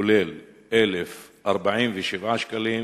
1,047 שקלים,